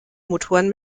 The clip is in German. motoren